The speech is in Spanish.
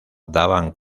daban